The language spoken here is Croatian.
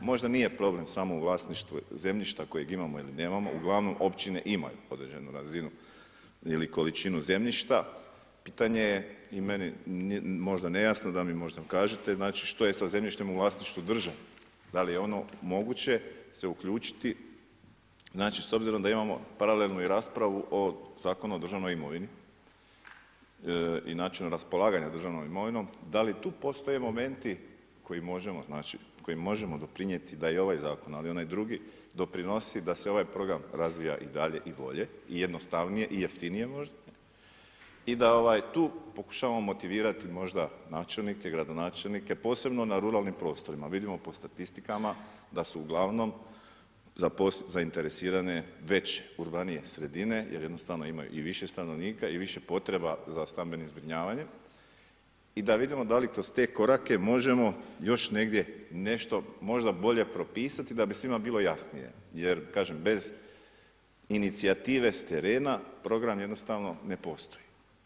Možda nije problem samo u vlasništvu zemljišta kojeg imamo ili nemamo, uglavnom općine imaju određenu razinu ili količinu zemljišta, pitanje je i meni možda nejasno da mi možda kažete, znači što je sa zemljištem u vlasništvu države, da li je ono moguće se uključiti s obzirom da imamo paralelnu i raspravu o Zakonu o državnoj imovini i načinu raspolaganja državnom imovinom, da li tu postoje momenti kojim možemo doprinijeti da je ovaj zakon ali i onaj drugi doprinosi da se ovaj program razvija i dalje i bolje i jednostavnije i jeftinije možda, i da tu pokušamo motivirati možda načelnike, gradonačelnike, posebno na ruralnim prostorima, vidimo po statistikama da su uglavnom zainteresirane već urbanije sredine jer jednostavno imaju i više stanovnika i više potreba za stambeno zbrinjavanje i da vidimo da li kroz te korake možemo još negdje nešto možda bolje propisati da bi svima bilo jasnije jer kažem, bez inicijative s terena program jednostavno ne postoji.